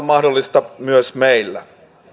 mahdollista myös meillä